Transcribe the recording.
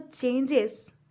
changes